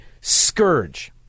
scourge